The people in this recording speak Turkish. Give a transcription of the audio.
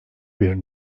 bir